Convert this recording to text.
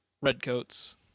redcoats